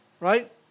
Right